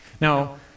Now